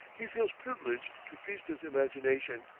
he feels privileged to feast his imagination,